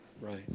Right